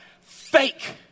fake